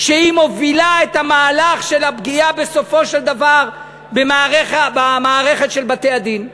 היא מובילה את המהלך של הפגיעה בסופו של דבר במערכת של בתי-הדין.